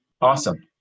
Awesome